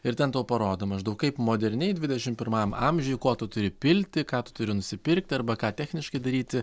ir ten to parodo maždaug kaip moderniai dvidešimt pirmam amžiuj ko tu turi pilti ką tu turi nusipirkti arba ką techniškai daryti